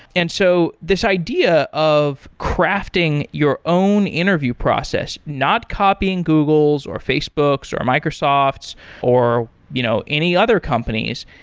and so this idea of crafting your own interview process, not copying google's, or facebook's, or microsoft's or you know any other companies,